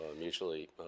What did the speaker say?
mutually